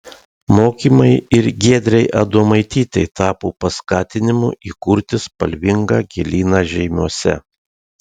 mokymai ir giedrei adomaitytei tapo paskatinimu įkurti spalvingą gėlyną žeimiuose